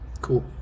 Cool